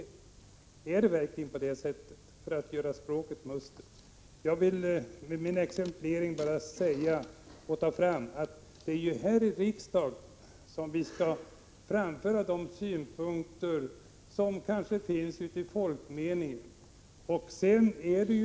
Menar han verkligen att det skall vara på det sättet för att språket skall bli mustigare? Med min exemplifiering vill jag bara säga att det är här i riksdagen som vi skall framföra de synpunkter som finns ute bland folk.